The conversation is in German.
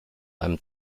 einem